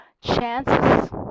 chances